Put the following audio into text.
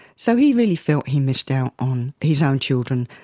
so he really felt he missed out on his own children.